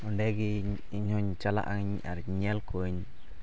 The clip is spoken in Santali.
ᱚᱸᱰᱮ ᱜᱮ ᱤᱧ ᱦᱚᱧ ᱪᱟᱞᱟᱜ ᱟᱹᱧ ᱟᱨᱤᱧ ᱧᱮᱞ ᱠᱚᱣᱟᱧ